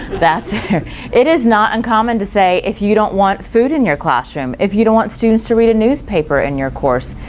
it is not uncommon to say if you don't want food in your classroom, if you don't want students to read a newspaper in your course,